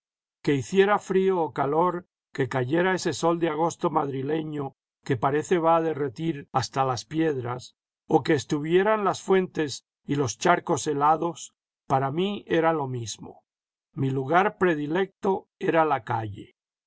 que hiciera frío o calor que cayera ese sol de agosto madrileño que parece va a derretir hasta las piedras o que estuvieran las fuentes y los charcos helados para mí era lo mismo mi lugar predilecto era la calle